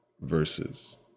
verses